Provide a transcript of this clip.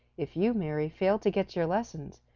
if you, mary, fail to get your lessons,